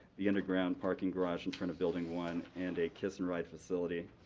the underground parking garage in front of building one, and a kiss and ride facility,